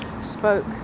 spoke